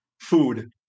food